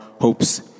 hopes